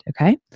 Okay